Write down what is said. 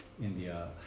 India